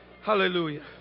Hallelujah